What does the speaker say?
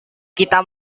kita